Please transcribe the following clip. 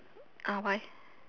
ah why